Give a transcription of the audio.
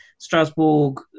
Strasbourg